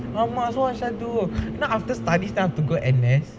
ஆமா:aamaaso what should I do now after study I have to go N_S